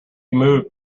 moved